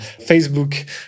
Facebook